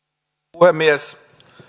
puhemies